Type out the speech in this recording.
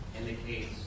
indicates